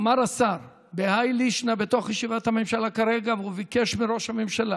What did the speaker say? אמר השר בהאי לישנא בתוך ישיבת הממשלה כרגע: הוא ביקש מראש הממשלה